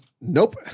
Nope